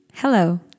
Hello